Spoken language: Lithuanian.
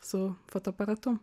su fotoaparatu